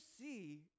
see